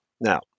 Now